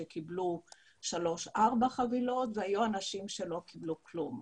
שקיבלו שלוש-ארבע חבילות והיו אנשים שלא קיבלו כלום.